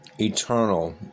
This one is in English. eternal